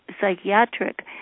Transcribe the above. psychiatric